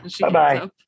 Bye-bye